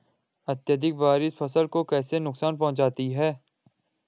अत्यधिक बारिश फसल को कैसे नुकसान पहुंचाती है?